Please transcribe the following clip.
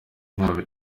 ibihembo